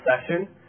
session